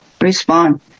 respond